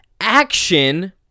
action